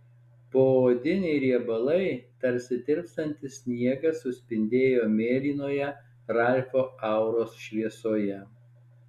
poodiniai riebalai tarsi tirpstantis sniegas suspindėjo mėlynoje ralfo auros šviesoje